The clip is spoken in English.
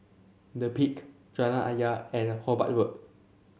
The Peak Jalan Ayer and Hobart Road